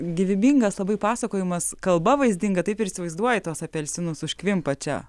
gyvybingas labai pasakojimas kalba vaizdinga taip ir įsivaizduoju tuos apelsinus užkvimpa čia